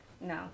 no